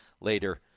later